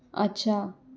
अच्छा